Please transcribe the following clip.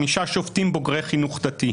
חמישה שופטים בוגרי חינוך דתי.